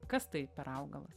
kas tai per augalas